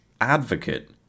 advocate